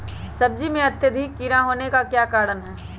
सब्जी में अत्यधिक कीड़ा होने का क्या कारण हैं?